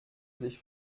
sich